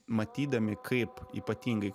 matydami kaip ypatingai